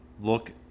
look